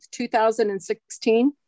2016